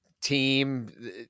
team